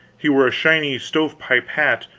he wore a shiny stove-pipe hat,